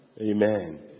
Amen